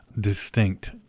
distinct